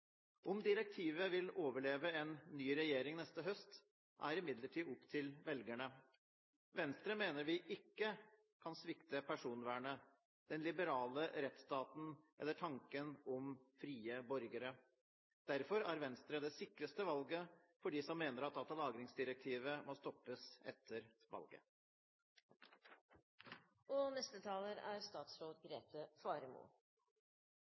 Om direktivet vil overleve en ny regjering neste høst, er imidlertid opp til velgerne. Venstre mener vi ikke kan svikte personvernet, den liberale rettsstaten eller tanken om frie borgere. Derfor er Venstre det sikreste valget for dem som mener at datalagringsdirektivet må stoppes etter